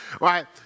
Right